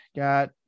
got